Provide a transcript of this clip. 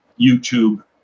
YouTube